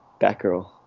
Batgirl